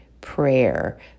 prayer